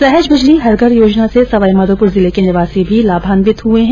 सहज बिजली हर घर योजना से सवाईमाधोपुर जिले के निवासी भी लाभान्वित हुए है